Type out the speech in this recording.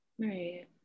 right